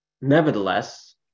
nevertheless